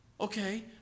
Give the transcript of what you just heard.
Okay